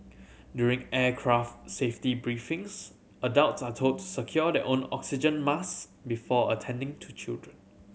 during aircraft safety briefings adults are told to secure their own oxygen mask before attending to children